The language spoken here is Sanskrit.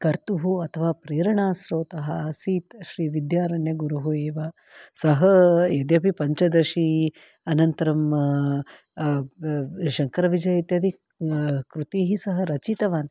कर्तुः अथवा प्रेरणास्रोतः आसीत् श्रीविद्यारण्य गुरुः एव सः यद्यपि पञ्चदशी अनन्तरं शङ्करविजय इत्यादि कृतिः सः रचितवान्